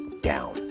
Down